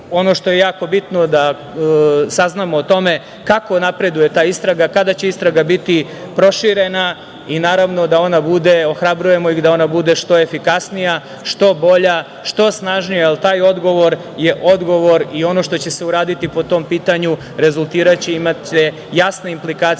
ono što je jako bitno je da saznamo o tome kako napreduje ta istraga, kada će istraga biti proširena i naravno da ona bude, ohrabrujemo ih da ona bude što efikasnija, što bolja, što snažnija jer ta odgovor je odgovor i ono što će se uraditi po tom pitanju imaće jasne implikacije